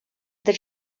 the